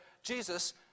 Jesus